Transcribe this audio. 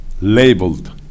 labeled